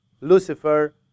Lucifer